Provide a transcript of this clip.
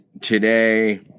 today